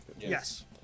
Yes